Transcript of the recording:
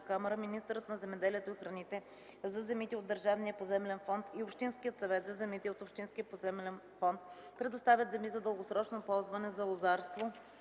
камара министърът на земеделието и храните – за земите от държавния поземлен фонд, и общинският съвет – за земите от общинския поземлен фонд, предоставят земи за дългосрочно ползване за лозарство